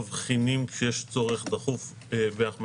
מבחינים כשיש צורך דחוף ואנחנו מאשרים.